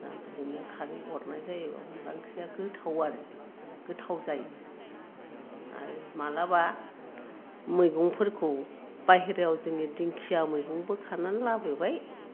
आराम बिदिनो खारै अरनाय जायोबा अनला ओंख्रिया गोथाव आरो गोथाव जायो आरो मालाबा मैगंफोरखौ बायहेरायाव जोंनि दिंखिया मैगंबो खानानै लाबोबाय